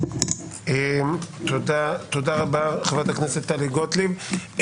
תודה רבה חברת הכנסת טלי גוטליב.